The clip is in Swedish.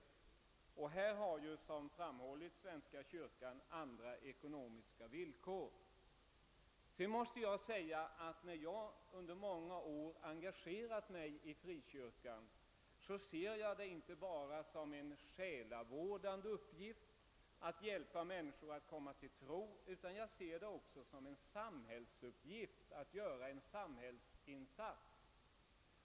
I detta avseende har, såsom tidigare framhållits, svenska kyrkan andra ekonomiska villkor. Jag vill vidare säga att jag inte ser mitt eget mångåriga engagemang i frikyrkan enbart som en själavårdande verksamhet i syfte att hjälpa människor att komma till tro utan också som en möjlighet att göra en samhällsinsats.